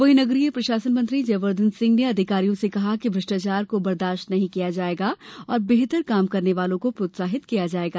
वहीं नगरीय प्रशासन मंत्री जयवर्धन सिंह ने अधिकारियों से कहा कि भ्रष्टाचार को बर्दाश्त नहीं किया जायेगा और बेहतर काम करने वालों को प्रोत्साहित किया जायेगा